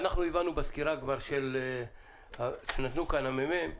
אנחנו הבנו בסקירה כבר שנתנו הממ"מ.